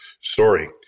story